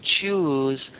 choose